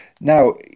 now